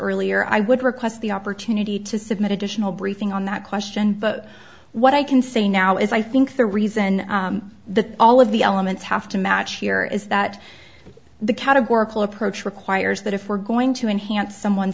earlier i would request the opportunity to submit additional briefing on that question but what i can say now is i think the reason that all of the elements have to match here is that the categorical approach requires that if we're going to enhance someone